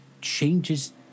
changes